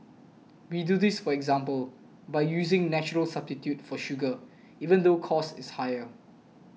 we do this for example by using natural substitute for sugar even though cost is higher